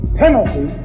penalty